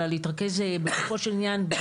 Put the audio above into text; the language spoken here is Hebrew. אלא להתרכז בפעולות,